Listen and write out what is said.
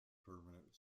permanent